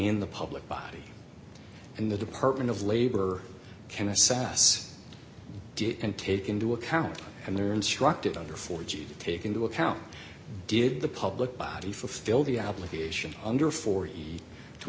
in the public body and the department of labor can assess and take into account and they're instructed under four g to take into account did the public body fulfill the obligation under for you to